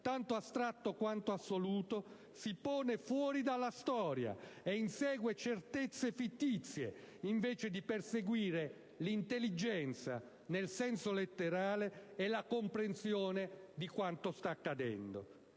tanto astratto quanto assoluto si pone fuori dalla storia e insegue certezze fittizie invece di perseguire l'intelligenza - nel senso letterale - e la comprensione di quanto sta accadendo.